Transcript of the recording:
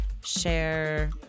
share